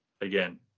again